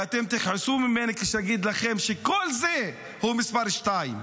אתם תכעסו עליי כשאגיד לכם, שכל זה הוא מס' שתיים,